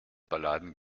balladen